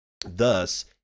Thus